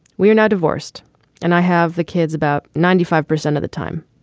we are now divorced and i have the kids about ninety five percent of the time.